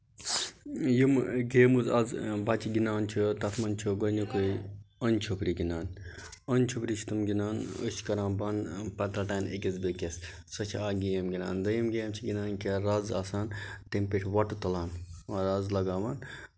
یِم گیمٕز آز بَچہٕ گِندان چھِ تَتھ منٛز چھُ گۄڈٕنیُکُے أنۍ چھپری گِندان أنۍ چھپری چھِ تم گِندان أچھ کران بَند پَتہٕ رَٹان أکس بیٚکِس سۄ چھ اکھ گیم گِندان دٔیِم گیم چھِ گِندان کہِ رَز آسان تٔمۍ پیٹھ وۄٹہٕ تُلان رز لگاوان